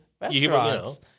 Restaurants